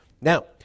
Now